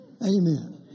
Amen